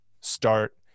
start